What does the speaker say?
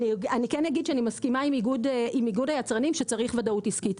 אני כן אגיד שאני מסכימה עם איגוד היצרנים שצריך וודאות עסקית,